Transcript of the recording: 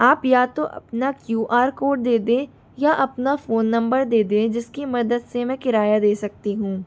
आप या तो अपना क्यू आर कोड दे दें या अपना फ़ोन नंबर दे दें जिसकी मदद से मैं किराया दे सकती हूँ